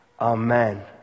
Amen